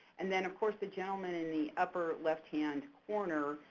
and then of course the gentleman in the upper left hand corner,